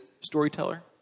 storyteller